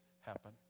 happen